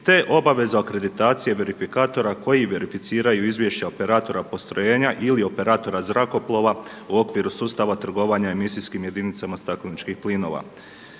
te obavezu akreditacije verifikatora koji verificiraju izvješća operatora postrojenja ili operatora zrakoplova u okviru sustava trgovanja emisijskim jedinicama stakleničkih plinova.